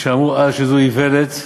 וכשאמרו אז שזו איוולת,